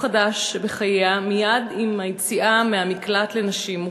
חדש בחייה מייד עם היציאה מהמקלט לנשים מוכות.